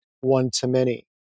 one-to-many